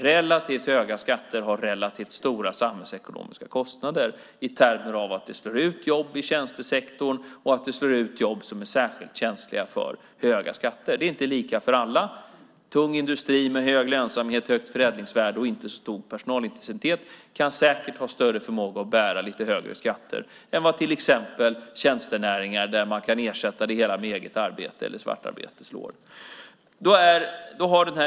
Relativt höga skatter har relativt stora samhällsekonomiska kostnader i termer av att det slår ut jobb i tjänstesektorn och att det slår ut jobb som är särskilt känsliga för höga skatter. Det är inte lika för alla. Tung industri med hög lönsamhet, högt förädlingsvärde och inte så stor personalintensitet kan säkert ha större förmåga att bära lite högre skatter än till exempel tjänstenäringar som kan ersätta det hela med eget arbete eller svartarbete.